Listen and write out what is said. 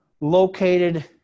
located